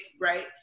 right